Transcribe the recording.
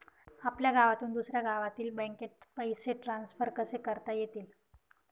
आपल्या गावातून दुसऱ्या गावातील बँकेत पैसे ट्रान्सफर कसे करता येतील?